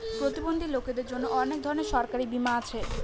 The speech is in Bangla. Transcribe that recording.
প্রতিবন্ধী লোকদের জন্য অনেক ধরনের সরকারি বীমা আছে